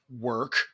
work